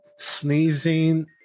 sneezing